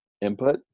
input